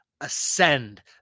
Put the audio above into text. ascend